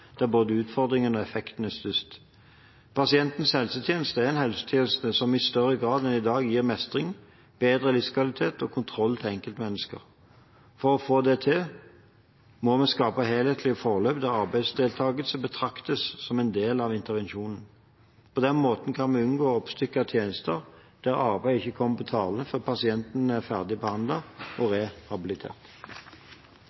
der både utfordringene og effekten er størst. Pasientens helsetjeneste er en helsetjeneste som i større grad enn i dag gir mestring, bedre livskvalitet og kontroll til enkeltmennesket. For å få det til, må vi skape helhetlige forløp, der arbeidsdeltakelse betraktes som en del av intervensjonen. På den måten kan vi unngå oppstykkede tjenester der arbeid ikke kommer på tale før pasienten er ferdig behandlet og rehabilitert.